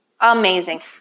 Amazing